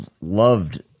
loved